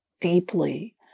deeply